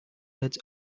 words